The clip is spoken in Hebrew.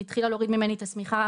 היא התחילה להוריד ממני את השמיכה,